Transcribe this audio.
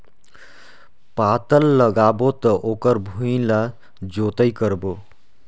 पातल लगाबो त ओकर भुईं ला जोतई करबो?